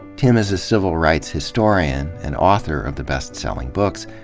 tim is a civil rights historian and author of the best-selling books,